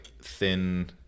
thin